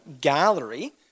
gallery